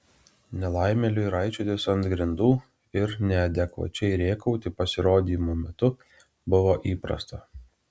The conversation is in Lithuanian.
nelaimėliui raičiotis ant grindų ir neadekvačiai rėkauti pasirodymų metu buvo įprasta